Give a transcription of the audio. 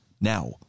now